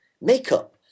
Makeup